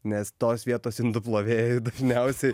nes tos vietos indų plovėjai dažniausiai